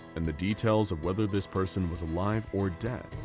and the details of whether this person was alive or dead,